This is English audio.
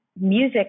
music